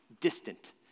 distant